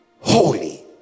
holy